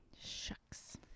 Shucks